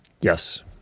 Yes